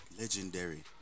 legendary